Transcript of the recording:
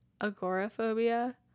agoraphobia